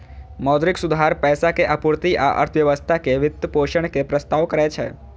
मौद्रिक सुधार पैसा के आपूर्ति आ अर्थव्यवस्था के वित्तपोषण के प्रस्ताव करै छै